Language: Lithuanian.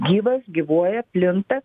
gyvas gyvuoja plinta